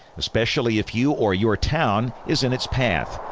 especially if you or your town is in its path.